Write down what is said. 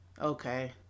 Okay